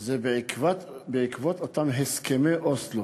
הם בעקבות אותם הסכמי אוסלו.